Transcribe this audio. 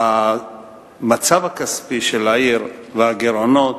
המצב הכספי של העיר והגירעונות,